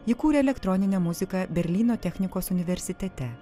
ji kūrė elektroninę muziką berlyno technikos universitete